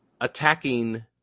attacking